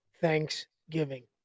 thanksgiving